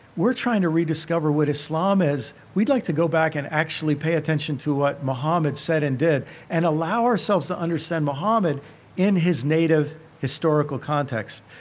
we're trying to rediscover what islam is. we'd like to go back and actually pay attention to what mohammed said and did and allow ourselves to understand mohammad in his native historical context.